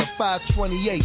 528